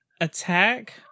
attack